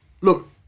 Look